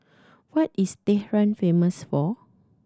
what is Tehran famous for